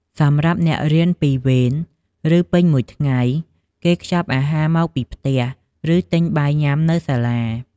សម្រាប់អ្នករៀនពីរវេន ឬ ពេញមួយថ្ងៃ គេខ្ចប់អាហារមកពីផ្ទះ ឬ ទិញបាយញុាំនៅសាលា។